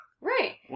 Right